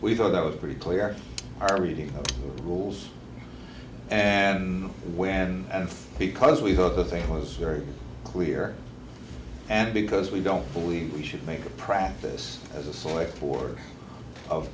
we thought that was pretty clear our reading rules and when and because we thought the thing was very clear and because we don't believe we should make a practice as a sawyer for of